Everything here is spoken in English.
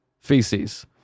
feces